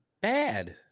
Bad